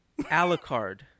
Alucard